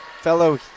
fellow